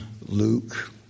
Luke